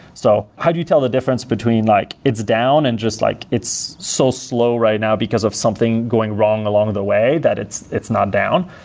so how do you tell the difference between like it's down and just like it's so slow right now because of something going wrong along the way that it's it's not down?